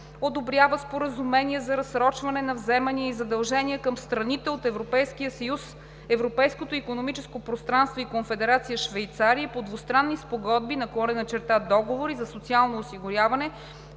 Одобрява споразумения за разсрочване на вземания и задължения към страните от Европейския съюз, Европейското икономическо пространство и Конфедерация Швейцария и по двустранни спогодби/договори за социално осигуряване,